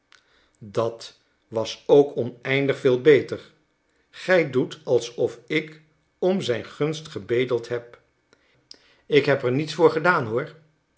dat was ook oneindig veel beter gij doet alsof ik om zijn gunst gebedeld heb ik heb er niets voor gedaan hoor